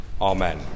Amen